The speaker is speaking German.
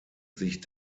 sich